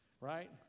right